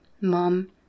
mom